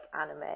anime